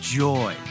joy